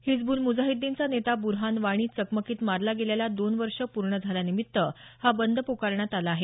हिजबुल मुजाहिदीनचा नेता बुरहान वाणी चकमकीत मारला गेल्याला दोन वर्ष पूर्ण झाल्यानिमित्त हा बंद प्कारण्यात आला आहे